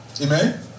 Amen